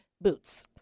boots